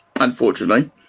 unfortunately